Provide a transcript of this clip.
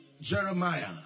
Jeremiah